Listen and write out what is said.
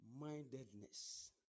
mindedness